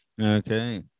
Okay